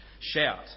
Shout